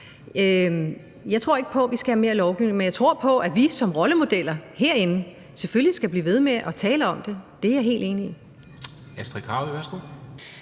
Jeg tror ikke på, at vi skal have mere lovgivning, men jeg tror på, at vi som rollemodeller herinde selvfølgelig skal blive ved med at tale om det – det er jeg helt enig i.